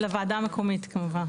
לוועדה המקומית כמובן.